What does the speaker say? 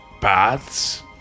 Paths